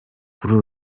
kuri